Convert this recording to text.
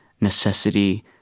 necessity